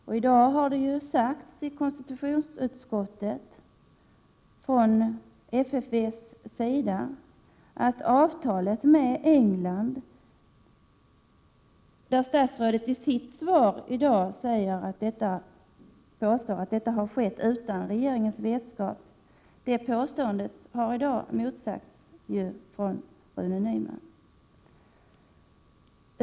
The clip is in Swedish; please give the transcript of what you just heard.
Statsrådets påstående i interpellationssvaret att regeringen inte hade vetskap om avtalet med England har i dag motsagts i konstitutionsutskottet av Rune Nyman, FFV.